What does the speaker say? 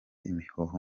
imihoho